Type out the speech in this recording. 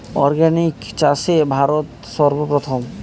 organic চাষে ভারত সর্বপ্রথম